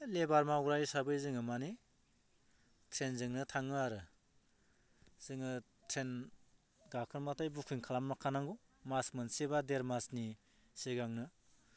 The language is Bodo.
लेबार मावग्रा हिसाबै जोङो माने ट्रेनजोंनो थाङो आरो जोङो ट्रेन गाखोनोबाथाय बुकिं खालामखानांगौ मास मोनसे बा डेर मासनि सिगांनो